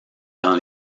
dans